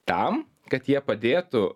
tam kad jie padėtų